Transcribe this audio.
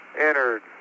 entered